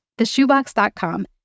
theshoebox.com